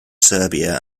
serbia